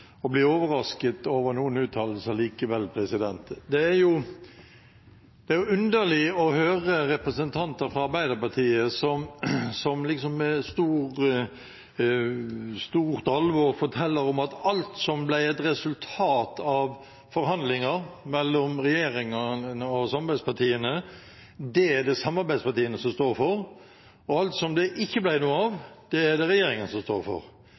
å bli overrasket over noen uttalelser. Det er underlig å høre representanter fra Arbeiderpartiet som med stort alvor forteller om at alt som ble et resultat av forhandlinger mellom regjeringen og samarbeidspartiene, det er det samarbeidspartiene som står for, og at alt som det ikke ble noe av, det er det regjeringen som står for.